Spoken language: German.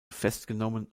festgenommen